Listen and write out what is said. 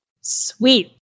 Sweet